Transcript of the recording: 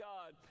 God